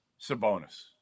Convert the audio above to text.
Sabonis